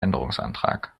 änderungsantrag